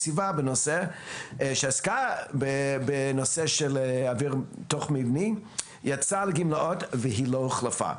הסביבה שעסקה בנושא של אוויר תוך מבני יצאה לגמלאות ולא הוחלפה.